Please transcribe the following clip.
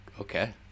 Okay